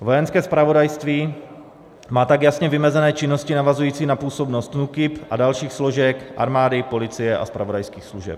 Vojenské zpravodajství má tak jasně vymezené činnosti navazující na působnost NÚKIB a dalších složek armády, policie a zpravodajských služeb.